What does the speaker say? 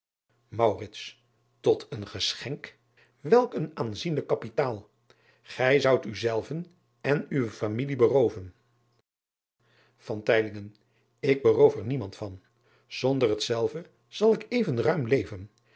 ot een geschenk welk een aanzienlijk kapitaal ij zoudt u zelven en uwe familie berooven k beroof er niemand van onder hetzelve zal ik even ruim leven